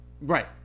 Right